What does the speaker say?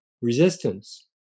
resistance